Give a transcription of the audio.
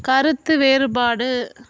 கருத்து வேறுபாடு